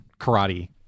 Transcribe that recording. karate